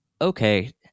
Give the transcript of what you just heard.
okay